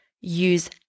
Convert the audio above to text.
Use